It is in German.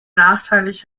nachteilig